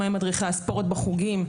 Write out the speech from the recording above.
מה עם מדריכי הספורט בחוגים?